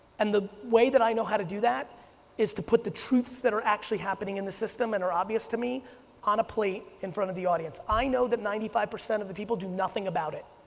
and the way that i know how to do that is to put the truths that are actually happening in the system and are obvious to me on a plate in front of the audience, i know that ninety five percent of the people do nothing about it.